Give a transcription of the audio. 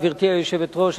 גברתי היושבת-ראש,